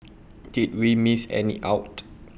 did we miss any out